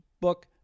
book